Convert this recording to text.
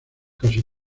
casi